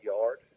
yard